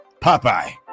Popeye